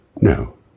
no